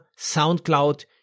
Soundcloud